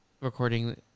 recording